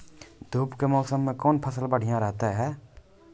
धूप के मौसम मे कौन फसल बढ़िया रहतै हैं?